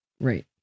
Right